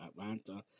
Atlanta